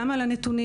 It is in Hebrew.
גם על הנתונים,